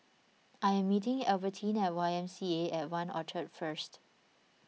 I am meeting Albertine at Y M C A at one Orchard first